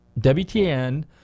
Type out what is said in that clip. WTN